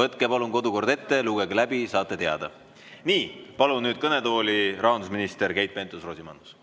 Võtke palun kodukord ette ja lugege läbi, saate teada. Nii, palun nüüd kõnetooli rahandusminister Keit Pentus-Rosimannuse.